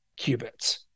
qubits